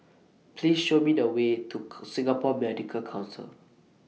Please Show Me The Way to Singapore Medical Council